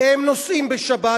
הם נוסעים בשבת,